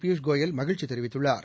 Piyush Goyal மகிழ்ச்சிதெரிவித்துள்ளார்